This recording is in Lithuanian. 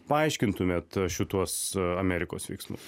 paaiškintumėt šituos amerikos veiksmus